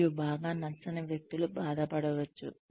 మరియు బాగా నచ్చని వ్యక్తులు బాధపడవచ్చు